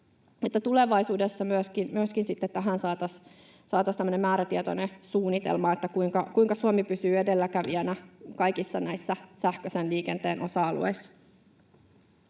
tulevaisuudessa myöskin tähän saataisiin tämmöinen määrätietoinen suunnitelma, kuinka Suomi pysyy edelläkävijänä kaikissa näissä sähköisen liikenteen osa-alueissa.